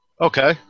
okay